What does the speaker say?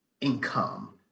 income